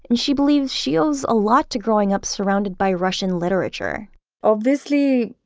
and she believes she owes a lot to growing up surrounded by russian literature obviously,